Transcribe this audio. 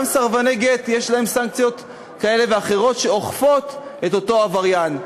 גם על סרבני גט יש סנקציות כאלה ואחרות שאוכפים על אותו עבריין.